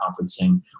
conferencing